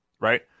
Right